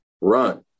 run